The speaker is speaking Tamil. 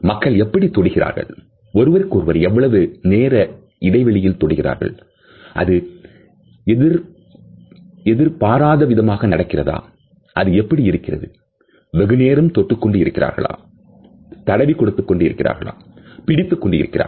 மக்கள் எப்படி தொடுகிறார்கள் ஒருவருக்கு ஒருவர் எவ்வளவு நேர இடைவெளியில் தொடுகிறார்கள் இது எதிர் எதிர்பாராதவிதமாக நடக்கிறதா அது எப்படி இருக்கிறது வெகுநேரம் தொட்டுக்கொண்டு இருக்கிறார்களா தடவிக் கொடுத்துக் கொண்டிருக்கிறார்கள் பிடித்துக்கொண்டு இருக்கிறார்களா